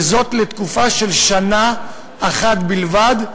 ולתקופה של שנה אחת בלבד,